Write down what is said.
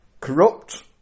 Corrupt